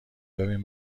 ببین